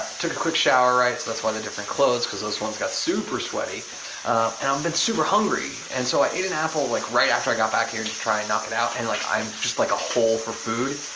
took a quick shower, right? so, that's why the different clothes, cause those ones got super sweaty. and i've been super hungry, and so i ate an apple like right after i got back here to try and knock it out, and like i'm just like a hole for food.